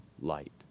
light